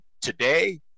today